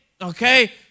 okay